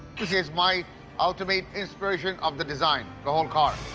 this is my ultimate inspiration of the design, the whole and car.